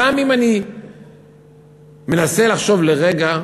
גם אם אני מנסה לחשוב לרגע